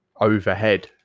overhead